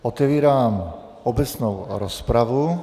Otevírám obecnou rozpravu.